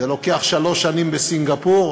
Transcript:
זה לוקח שלוש שנים בסינגפור.